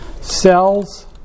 Cells